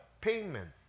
payment